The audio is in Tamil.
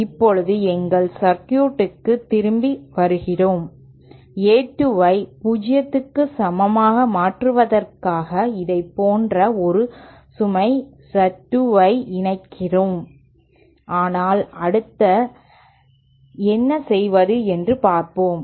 இப்போது எங்கள் சர்க்யூட்க்கு திரும்பி வருகிறோம் A 2 ஐ 0 க்கு சமமாக மாற்றுவதற்காக இதைப் போன்ற ஒரு சுமை Z 2 ஐ இணைக்கிறோம் ஆனால் அடுத்து என்ன செய்வது என்று் பார்ப்போம்